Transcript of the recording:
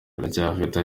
baracyafite